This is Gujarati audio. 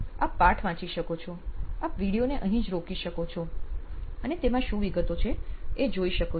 આપ પાઠ વાંચી શકો છો આપ વિડિઓ ને અહીં જ રોકી શકો છો અને તેમાં શું વિગતો છે એ જોઈ શકો છો